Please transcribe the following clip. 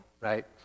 right